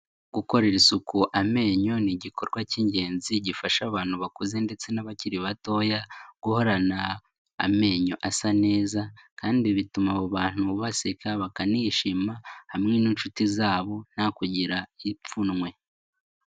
Gukorera isuku amenyo ni igikorwa cy'ingenzi gifasha abantu bakuze ndetse n'abakiri batoya guhorana amenyo asa neza, kandi bituma abo bantu baseka bakanishima hamwe n'inshuti zabo nta kugira ipfunwe.